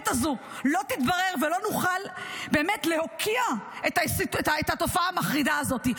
הזו לא תתברר ולא נוכל באמת להוקיע את התופעה המחרידה הזאת.